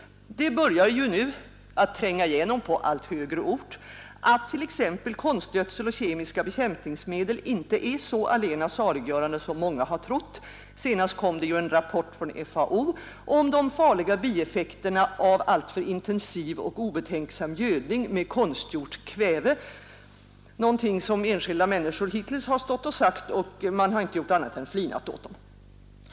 Det börjar nu att tränga igenom på allt högre ort, att t.ex. konstgödsel och kemiska bekämpningsmedel inte är så allena saliggörande som många har trott. Senast kom det en rapport från FAO om de farliga bieffekterna av alltför intensiv och obetänksam gödning med konstgjort kväve, en sak som enskilda människor tidigare har insett men man har hittills bara flinat åt dem.